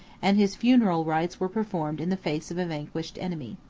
and his funeral rites were performed in the face of a vanquished enemy.